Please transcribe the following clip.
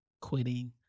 Quitting